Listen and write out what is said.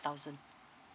thousand